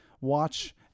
watch